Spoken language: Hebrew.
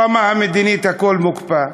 ברמה המדינית הכול מוקפא.